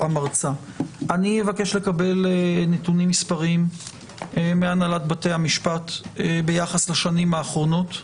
אבקש לקבל נתונים מספריים מהנהלת בתי המשפט ביחס לשנים האחרונות.